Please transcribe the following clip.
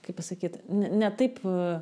kaip pasakyt n ne taip